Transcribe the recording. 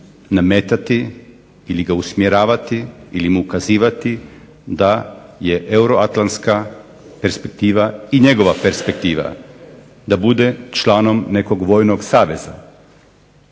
nametati ili ga usmjeravati ili mu ukazivati da je euroatlantska perspektiva i njegova perspektiva, da bude članom nekog vojnog saveza.